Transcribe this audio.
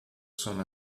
soon